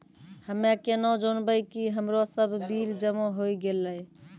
हम्मे केना जानबै कि हमरो सब बिल जमा होय गैलै?